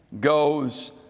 goes